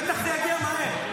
בטח זה יגיע מהר.